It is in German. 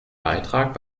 beitrag